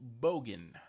Bogan